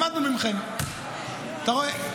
למדנו מכם, אתה רואה?